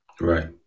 Right